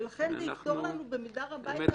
ולכן זה יפתור לנו במידה רבה את הבעיות כאן.